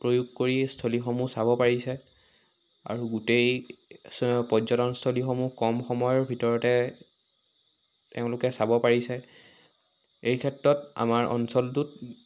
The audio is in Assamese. প্ৰয়োগ কৰি স্থলীসমূহ চাব পাৰিছে আৰু গোটেই পৰ্যটনস্থলীসমূহ কম সময়ৰ ভিতৰতে এওঁলোকে চাব পাৰিছে এই ক্ষেত্ৰত আমাৰ অঞ্চলটোত